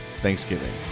Thanksgiving